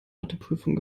matheprüfung